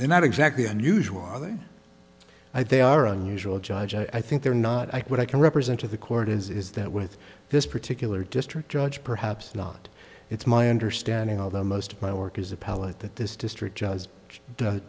they're not exactly unusual are they i think are unusual judge i think they're not i what i can represent to the court is is that with this particular district judge perhaps not it's my understanding although most of my work is appellate that this district j